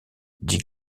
dit